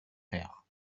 faire